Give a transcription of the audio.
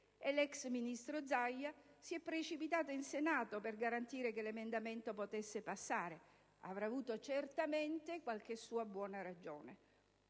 l'ex ministro Zaia si è precipitato in Senato per garantire che l'emendamento potesse passare. Avrà avuto certamente qualche sua buona ragione.